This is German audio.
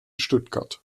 stuttgart